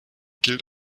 gilt